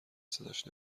صداش